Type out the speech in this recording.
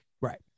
right